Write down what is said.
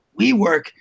WeWork